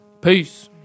Peace